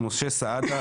משה סעדה,